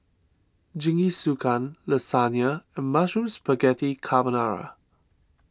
Jingisukan Lasagna and Mushroom Spaghetti Carbonara